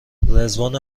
رضوان